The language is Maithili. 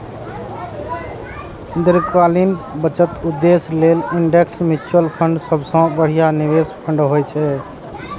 दीर्घकालीन बचत उद्देश्य लेल इंडेक्स म्यूचुअल फंड सबसं बढ़िया निवेश फंड होइ छै